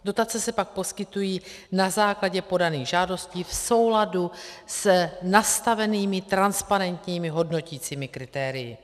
Dotace se pak poskytují na základě podaných žádostí v souladu s nastavenými transparentními hodnoticími kritérii.